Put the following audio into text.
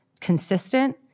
consistent